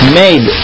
made